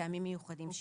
מטעמים מיוחדים שיירשמו.